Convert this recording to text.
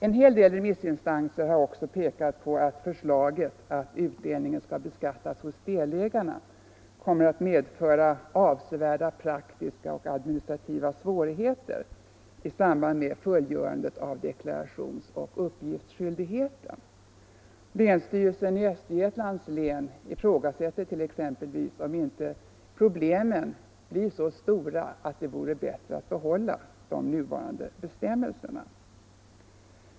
En hel del remissinstanser har pekat på att en beskattning av utdelningen hos delägarna kommer att medföra avsevärda praktiska och administrativa svårigheter i samband med fullgörandet av deklarationsoch uppgiftsskyldigheten. Länsstyrelsen i Östergötlands län ifrågasätter exempelvis om inte problemen blir så stora att det vore bättre att behålla de nuvarande bestämmelserna.